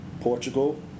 Portugal